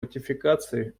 ратификации